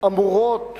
האמורות